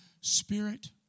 spirit